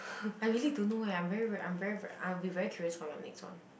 I really don't know eh I'm very very I'm very very I will be very curious for your next one